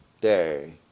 day